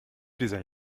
dieser